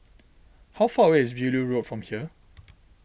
how far away is Beaulieu Road from here